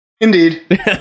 Indeed